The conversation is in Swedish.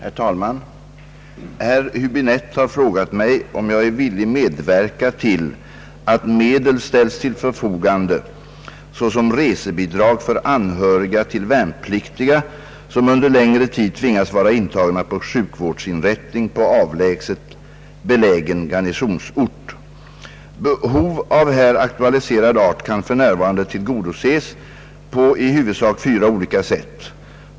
Herr talman! Herr Höbinette har frågat mig, om jag är villig medverka till att medel ställs till förfogande såsom resebidrag för anhöriga till värnpliktiga som under längre tid tvingas vara intagna på sjukvårdsinrättning på avlägset belägen garnisonsort. Behov av här aktualiserad art kan för närvarande tillgodoses på i huvudsak fyra olika sätt.